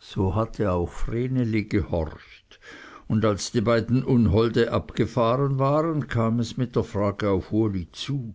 so hatte auch vreneli gehorcht und als die beiden unholde abgefahren waren kam es mit der frage auf uli zu